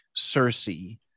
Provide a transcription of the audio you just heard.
Cersei